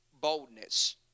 boldness